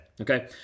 Okay